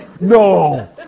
no